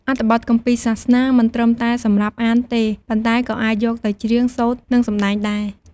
អត្ថបទគម្ពីរសាសនា មិនត្រឹមតែសម្រាប់អានទេ ប៉ុន្តែក៏អាចយកទៅច្រៀង សូត្រ និងសម្ដែងដែរ។